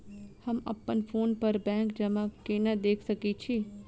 हम अप्पन फोन पर बैंक जमा केना देख सकै छी?